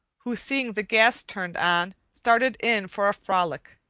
who, seeing the gas turned on, started in for a frolic.